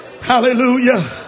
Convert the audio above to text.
Hallelujah